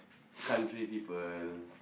country people